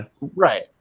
Right